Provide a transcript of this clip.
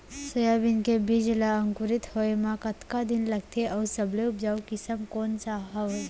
Soybean के बीज ला अंकुरित होय म कतका दिन लगथे, अऊ सबले उपजाऊ किसम कोन सा हवये?